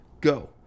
Go